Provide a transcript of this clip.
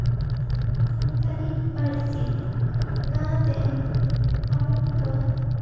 ᱥᱟᱱᱛᱟᱞᱤ ᱯᱟᱹᱨᱥᱤ ᱞᱟᱦᱟ ᱛᱮᱱ ᱦᱚᱲ ᱠᱚᱫᱚ